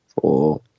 four